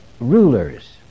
rulers